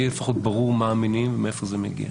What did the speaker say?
לפחות יהיה ברור מה המניעים ומהיכן זה מגיע.